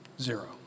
Zero